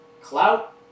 Clout